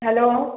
hello